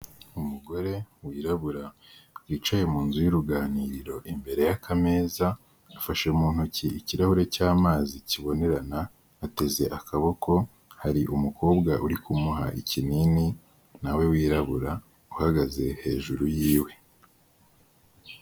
Umugore wirabura, wicaye mu nzu y'uruganiriro imbere y'akameza, afashe mu ntoki ikirahure cy'amazi kibonerana, ateze akaboko hari umukobwa uri kumuha ikinini na we wirabura, uhagaze hejuru yiwe.